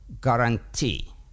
guarantee